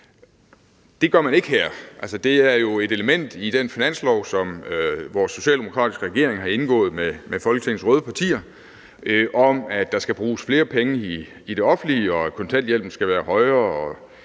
Det gør man ikke her. Det er jo et element i den finanslovsaftale, som vores socialdemokratiske regering har indgået med Folketingets røde partier, om, at der skal bruges flere penge i det offentlige, at kontanthjælpen skal være højere,